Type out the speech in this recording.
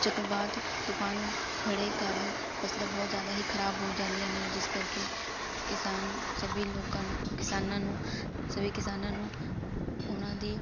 ਚੱਕਰਵਾਤ ਤੂਫ਼ਾਨ ਗੜ੍ਹੇ ਕਾਰਨ ਫਸਲਾਂ ਬਹੁਤ ਜ਼ਿਆਦਾ ਹੀ ਖ਼ਰਾਬ ਹੋ ਜਾਂਦੀਆਂ ਨੇ ਜਿਸ ਕਰਕੇ ਕਿਸਾਨ ਸਭ ਲੋਕਾਂ ਨੂੰ ਕਿਸਾਨਾਂ ਨੂੰ ਸਭ ਕਿਸਾਨਾਂ ਨੂੰ ਉਹਨਾਂ ਦੀ